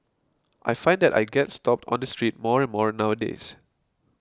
I find that I get stopped on the street more and more nowadays